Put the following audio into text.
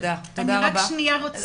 תודה רבה.